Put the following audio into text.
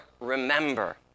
remember